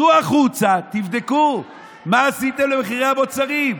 צאו החוצה, תבדקו מה עשיתם למחירי המוצרים.